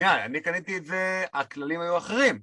יאי, אני קניתי את זה, הכללים היו אחרים.